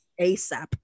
ASAP